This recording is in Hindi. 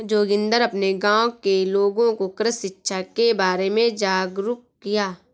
जोगिंदर अपने गांव के लोगों को कृषि शिक्षा के बारे में जागरुक किया